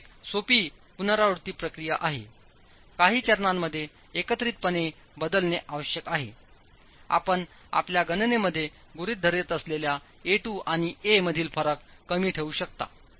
तर ही एक सोपी पुनरावृत्ती प्रक्रिया आहे काही चरणांमध्ये एकत्रितपणे बदलणे आवश्यक आहे आपण आपल्या गणनेमध्ये गृहित धरत असलेले a2 आणि a मधील फरक कमी ठेवू शकता